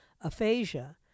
aphasia